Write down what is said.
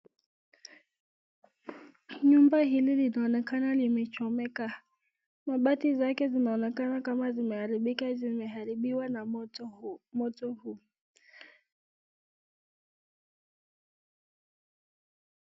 Nyumba hili linaonnekana limechomeka mabati zake sinaonekana kama zimearibika zimaribiwa na moto huu.